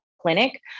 clinic